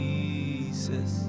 Jesus